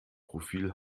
profil